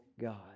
God